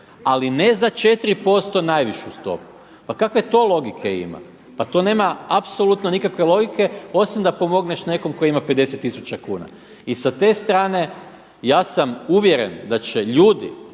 ali ne za 4% najvišu stopu. Pa kakve to logike ima. Pa to nema apsolutno nikakve logike osim da pomogneš nekom tko ima 50000 kuna. I sa te strane ja sam uvjeren da će ljudi